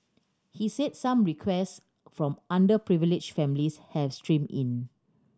he said some request from underprivileged families have streamed in